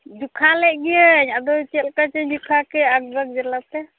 ᱡᱚᱠᱷᱟ ᱞᱮᱫ ᱜᱤᱭᱟᱹᱧ ᱟᱫᱚ ᱪᱮᱫ ᱞᱮᱠᱟ ᱪᱚᱧ ᱡᱚᱠᱷᱟ ᱠᱮᱫ ᱟᱠᱵᱟᱠ ᱡᱟᱞᱟᱛᱮ